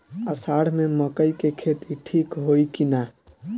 अषाढ़ मे मकई के खेती ठीक होई कि ना?